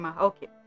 Okay